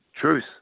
Truth